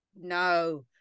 No